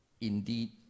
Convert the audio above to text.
indeed